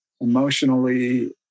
emotionally